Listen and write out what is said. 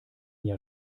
jahr